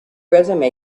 resume